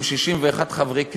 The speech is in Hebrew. עם 61 חברי כנסת,